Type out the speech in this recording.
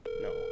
No